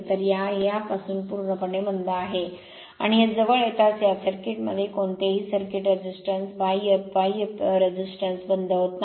तर हे यापासून पूर्णपणे बंद आहे आणि हे जवळ येताच या सर्किटमध्ये कोणतेही सर्किट रेझिस्टन्स बाह्य बाह्य प्रतिरोध बंद होत नाही